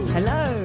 Hello